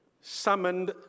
summoned